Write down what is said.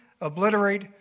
obliterate